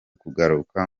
kugaruka